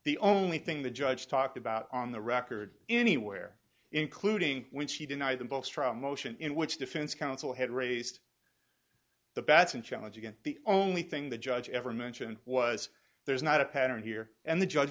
the only thing the judge talked about on the record anywhere including when she deny the ball struck motion in which defense counsel had raised the bats and challenged again the only thing the judge ever mentioned was there's not a pattern here and the judge